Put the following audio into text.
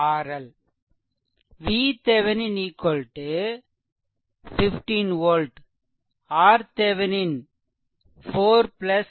VThevenin 15 volt RThevenin 4 8